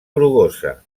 grogosa